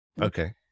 okay